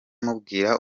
mubwira